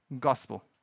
gospel